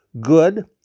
good